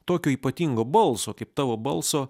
tokio ypatingo balso kaip tavo balso